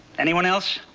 anyone else?